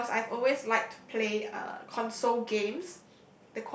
because I've always liked to play uh console games